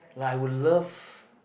like I would love